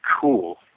cool